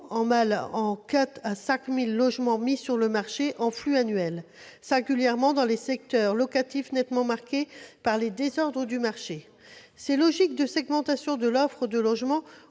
000 à 5 000 logements mis sur le « marché « en flux annuel »-, singulièrement dans les secteurs locatifs nettement marqués par les désordres du marché, pose problème. Ces logiques de segmentation de l'offre de logement